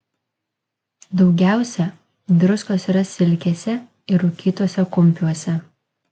daugiausia druskos yra silkėse ir rūkytuose kumpiuose